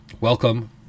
Welcome